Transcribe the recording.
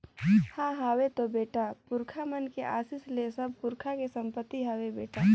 हां हवे तो बेटा, पुरखा मन के असीस ले सब पुरखा के संपति हवे बेटा